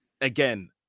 again